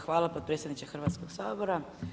Hvala potpredsjedniče Hrvatskoga sabora.